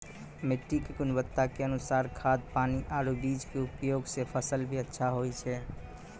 मिट्टी के गुणवत्ता के अनुसार खाद, पानी आरो बीज के उपयोग सॅ फसल भी अच्छा होय छै